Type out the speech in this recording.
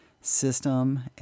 system